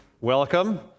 welcome